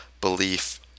belief